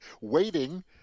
waiting